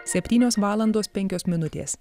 septynios valandos penkios minutės